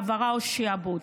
העברה או שעבוד.